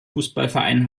fußballverein